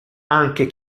anche